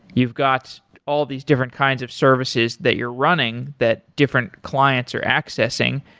you've got all these different kinds of services that you're running that different clients are accessing.